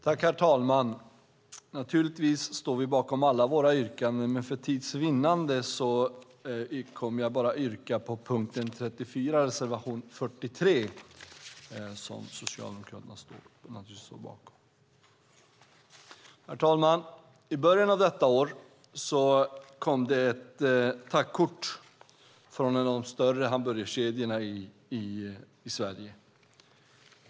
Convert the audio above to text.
Herr talman! Naturligtvis står vi bakom alla våra yrkanden, men för tids vinnande kommer jag bara att yrka bifall till reservation 43, under punkt 34, som Socialdemokraterna naturligtvis står bakom. Herr talman! I början av detta år kom det ett tackkort från en av de större hamburgerkedjorna i Sverige.